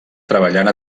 treballant